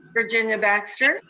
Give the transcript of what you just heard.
virginia baxter.